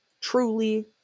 truly